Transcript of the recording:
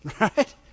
Right